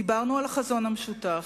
דיברנו על החזון המשותף,